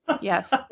Yes